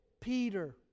Peter